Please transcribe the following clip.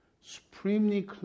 supremely